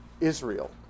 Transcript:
Israel